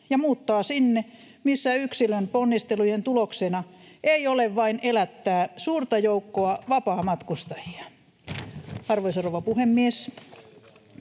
ja muuttaa sinne, missä yksilön ponnistelujen tuloksena ei ole vain elättää suurta joukkoa vapaamatkustajia. [Kimmo Kiljunen: